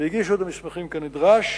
והגישו את המסמכים כנדרש,